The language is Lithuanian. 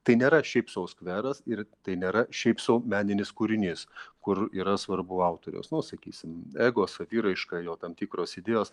tai nėra šiaip sau skveras ir tai nėra šiaip sau meninis kūrinys kur yra svarbu autoriaus nu sakysim ego saviraiška jo tam tikros idėjos